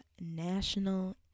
national